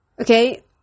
okay